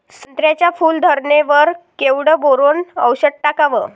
संत्र्याच्या फूल धरणे वर केवढं बोरोंन औषध टाकावं?